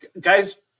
guys